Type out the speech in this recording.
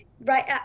Right